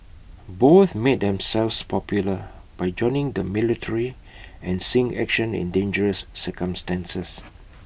both made themselves popular by joining the military and seeing action in dangerous circumstances